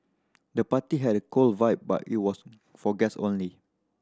the party had a cool vibe but it was for guests only